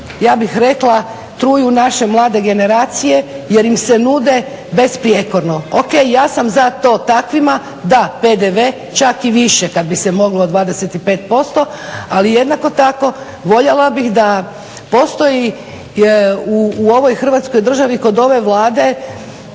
ostalih koji truju naše mlade generacije jer im se nude besprijekorno. Ok i ja sam za to, takvima da PDV čak i više kad bi se moglo od 25%. Ali jednako tako voljela bih da postoji u ovoj Hrvatskoj državi kod ove Vlade